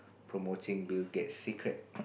promoting Bill-Gates secret